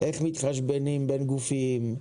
איך מתחשבנים בין גופים,